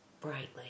brightly